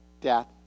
death